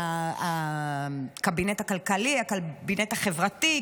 הקבינט הכלכלי, הקבינט החברתי.